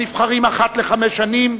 הנבחרים אחת לחמש שנים,